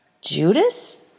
Judas